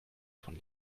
von